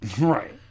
Right